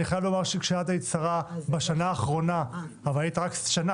בשנה האחרונה היית שרה